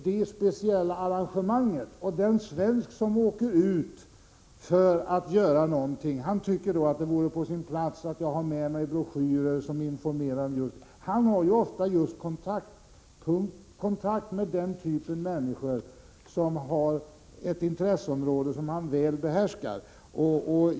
Den svensk som åker ut för att göra någonting sådant tycker att det vore på sin plats att ha med sig broschyrer som informerar om speciella arrangemang av den typen. Han har kontakt med människor som har ett intresseområde som han väl behärskar.